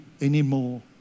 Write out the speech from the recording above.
anymore